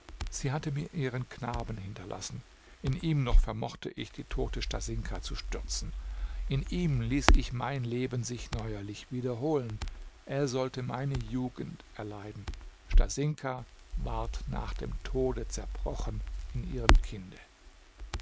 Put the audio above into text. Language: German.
sie hatte mir ihren knaben hinterlassen in ihm noch vermochte ich die tote stasinka zu stürzen in ihm ließ ich mein leben sich neuerlich wiederholen er sollte meine jugend erleiden stasinka ward nach dem tode zerbrochen in ihrem kinde